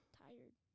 tired